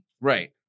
right